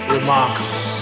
Remarkable